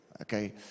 Okay